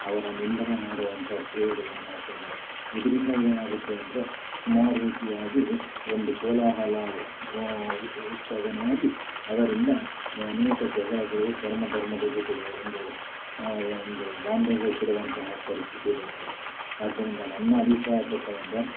ಅವರ ನಿಂದನೆ ಮಾಡುವಂಥ ಕ್ರಿಯೆಗಳನ್ನ ಮಾಡ್ತಾ ಇದ್ದಾರೆ ಇದರಿಂದ ಏನಾಗುತ್ತೆ ಅಂದರೆ ಸುಮಾರು ರೀತಿಯಾಗಿ ಒಂದು ಕೋಲಾಹಲ ಉತ್ಪಾದನೆಯಾಗಿ ಅದರಿಂದ ಅನೇಕ ಜಗಳಗಳು ಧರ್ಮ ಧರ್ಮದ ಜೊತೆಗೆ ಒಂದು ಒಂದು ಬಾಂಧವ್ಯ ಕೆಡುವಂತಹ ಪರಿಸ್ಥಿತಿಗೆ ಬರ್ತಾರೆ ಆದ್ದರಿಂದ ನನ್ನ ಅಭಿಪ್ರಾಯ ಪ್ರಕಾರ ಅಂದರೆ